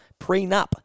prenup